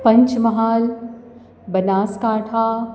પંચ મહાલ બનાસ કાંઠા